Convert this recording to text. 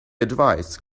advised